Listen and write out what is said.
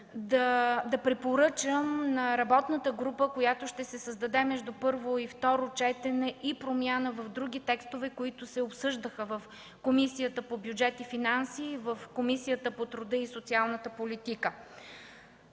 да препоръчам на работната група, която ще се създаде между първо и второ четене, промяна и на други текстове, които се обсъждаха в Комисията по бюджет и финанси, в Комисията по труда и социалната политика.